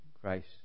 Christ